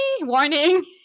warning